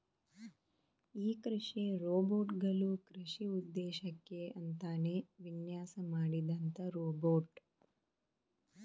ಈ ಕೃಷಿ ರೋಬೋಟ್ ಗಳು ಕೃಷಿ ಉದ್ದೇಶಕ್ಕೆ ಅಂತಾನೇ ವಿನ್ಯಾಸ ಮಾಡಿದಂತ ರೋಬೋಟ್